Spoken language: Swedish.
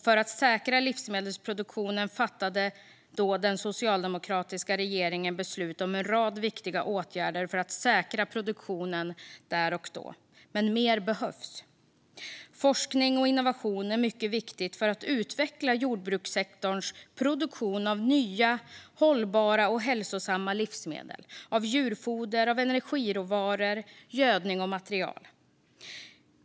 För att säkra livsmedelsproduktionen där och då fattade den socialdemokratiska regeringen beslut om en rad viktiga åtgärder. Men mer behövs. Forskning och innovation är mycket viktigt för att utveckla jordbrukssektorns produktion av nya hållbara och hälsosamma livsmedel, djurfoder, energiråvaror, gödning och material.